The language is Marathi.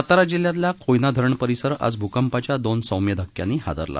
सातारा जिल्ह्यातला कोयना धरण परीसर आज भूकंपाच्या दोन सौम्य धक्क्यांनी हादरला